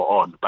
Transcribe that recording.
on